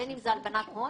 בין אם זה הלבנת הון,